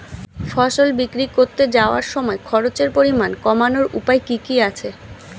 ফসল বিক্রি করতে যাওয়ার সময় খরচের পরিমাণ কমানোর উপায় কি কি আছে?